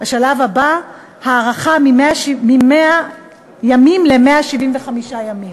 השלב הבא, הארכה מ-100 ימים ל-175 ימים.